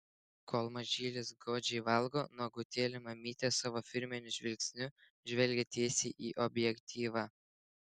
kol mažylis godžiai valgo nuogutėlė mamytė savo firminiu žvilgsniu žvelgia tiesiai į objektyvą